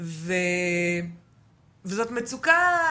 וזאת מצוקה,